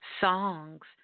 songs